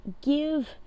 give